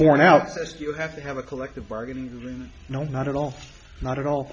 first you have to have a collective bargaining no not at all not at all